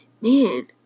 man